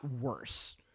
worse